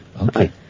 okay